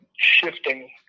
shifting